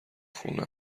خونه